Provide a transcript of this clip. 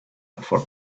for